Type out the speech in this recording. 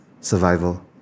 survival